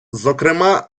зокрема